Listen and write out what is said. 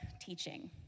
teaching